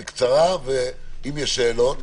בקצרה, בבקשה.